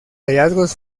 hallazgos